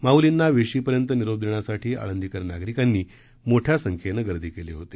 माउलींना वेशीपर्यंत निरोप देण्यासाठी आळंदीकर नागरिकांनी मोठ्या संख्येनं गर्दी केली होती